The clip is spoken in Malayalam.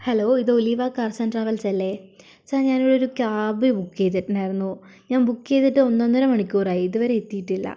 ഹലോ ഇത് ഒലീവ കാർസ് ആൻഡ് ട്രാവൽസ് അല്ലെ സർ ഞാനൊരു ക്യാബ് ബുക്ക് ചെയ്തിട്ടുണ്ടായിരുന്നു ഞാൻ ബുക്ക് ചെയ്തിട്ട് ഒന്ന് ഒന്നര മണിക്കൂറായി ഇതുവരെ എത്തിയിട്ടില്ല